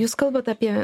jūs kalbate apie